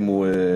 אם הוא יבוא.